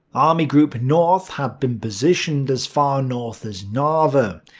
army group north had been positioned as far north as narva.